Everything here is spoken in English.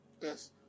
Yes